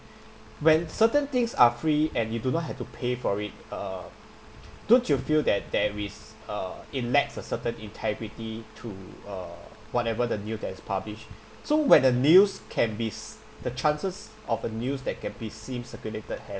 when certain things are free and you do not have to pay for it err don't you feel that there is uh it lacks a certain integrity to uh whatever the news that is published so when the news can be se~ the chances of a news that can be seem circulated